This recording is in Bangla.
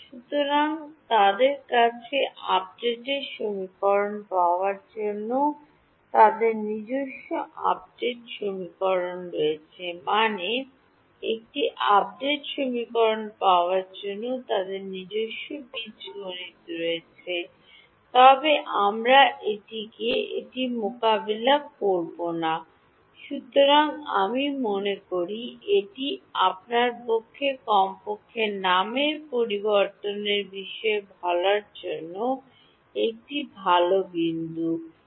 সুতরাং তাদের কাছে আপডেটের সমীকরণ পাওয়ার জন্য তাদের নিজস্ব আপডেট সমীকরণ রয়েছে মানে একটি আপডেট সমীকরণ পাওয়ার জন্য তাদের নিজস্ব বীজগণিত রয়েছে তবে আমরা এটিতে এটি মোকাবেলা করব না সুতরাং আমি মনে করি এটি আপনার পক্ষে কমপক্ষে নামটি প্রবর্তনের বিষয়ে বলার জন্য একটি ভাল বিন্দু আছে